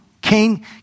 Cain